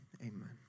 amen